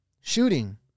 shooting